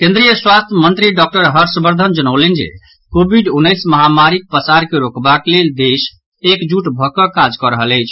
केन्द्रीय स्वास्थ्य मंत्री डॉक्टर हर्षवर्द्वन जनौलनि जे कोविड उन्नैस महामारीक पसार के रोकबाक लेल देश एकजुट भऽ कऽ काज कऽ रहल अछि